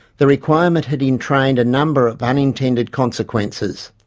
the requirement had entrained a number of unintended consequences.